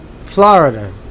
Florida